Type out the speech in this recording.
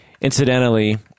incidentally